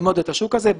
השוק הזה.